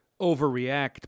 overreact